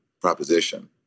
proposition